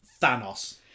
Thanos